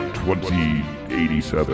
2087